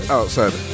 Outside